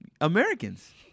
Americans